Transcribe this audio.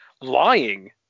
lying